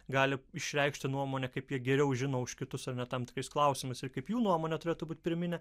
gali išreikšti nuomonę kaip jie geriau žino už kitus ar ne tam tikrais klausimais ir kaip jų nuomonė turėtų būti pirminė